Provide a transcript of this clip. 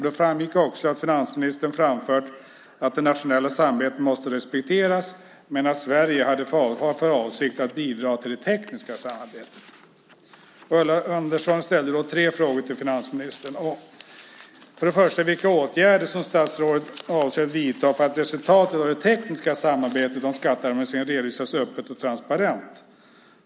Det framgick också att finansministern framfört att den nationella aspekten måste respekteras men att Sverige har för avsikt att bidra till det tekniska samarbetet. Ulla Andersson ställde då tre frågor till finansministern. För det första var det vilka åtgärder statsrådet avser att vidta för att resultatet av det tekniska samarbetet av skatteharmoniseringen redovisas öppet och transparent.